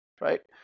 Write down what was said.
right